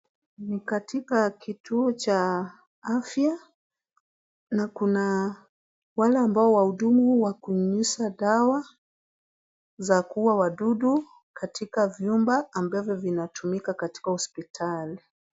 Ni Katika kituo cha afya na kuna wale ambao wahudumu wa kunyusa dawa za kuuwa dawa za kuuwa wadudu ambazo zinatumika Katika hospitali.